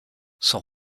son